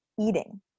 eating